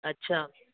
अच्छा